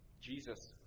Jesus